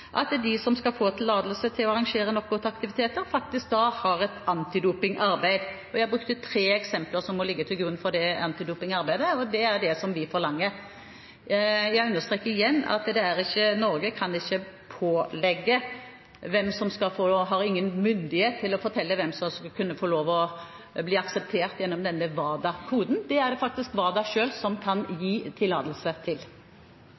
at de som skal få tillatelse til å arrangere knockoutaktiviteter, faktisk har et antidopingarbeid. Jeg brukte tre eksempler på hva som må ligge til grunn for det antidopingarbeidet, og det er det som vi forlanger. Jeg understreker igjen at Norge har ingen myndighet til å fortelle hvem som skal kunne bli akseptert gjennom denne WADA-koden. Det er det faktisk WADA selv som kan gi tillatelse til.